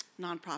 nonprofit